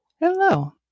Hello